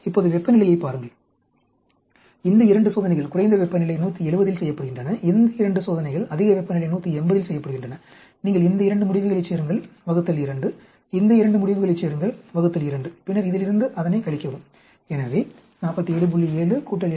இப்போது வெப்பநிலையைப் பாருங்கள் இந்த 2 சோதனைகள் குறைந்த வெப்பநிலை 170 இல் செய்யப்படுகின்றன இந்த 2 சோதனைகள் அதிக வெப்பநிலை 180 இல் செய்யப்படுகின்றன நீங்கள் இந்த 2 முடிவுகளைச் சேருங்கள் ÷ 2 இந்த 2 முடிவுகளைச் சேருங்கள் ÷ 2 பின்னர் இதிலிருந்து அதனை கழிக்கவும் எனவே 47